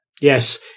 yes